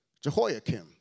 Jehoiakim